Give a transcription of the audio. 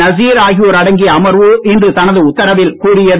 நசீர் ஆகியோர் அடங்கிய அமர்வு இன்று தனது உத்தரவில் கூறியது